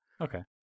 Okay